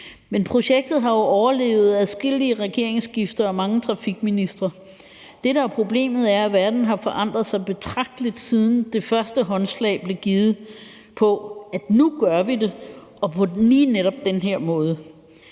Men projektet har jo overlevet adskillige regeringsskifter og mange trafikministre. Det, der er problemet, er, at verden har forandret sig betragteligt, siden det første håndslag blev givet på, at nu gør vi det og på lige netop den her måde.